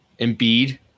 Embiid